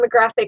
demographic